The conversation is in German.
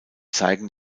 zeigen